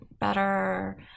better